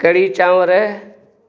कढ़ी चांवर